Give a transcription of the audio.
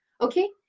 Okay